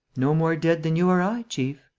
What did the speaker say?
no more dead than you or i, chief.